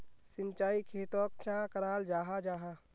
सिंचाई खेतोक चाँ कराल जाहा जाहा?